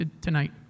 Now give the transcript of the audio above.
tonight